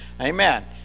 Amen